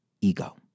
ego